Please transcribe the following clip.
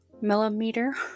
millimeter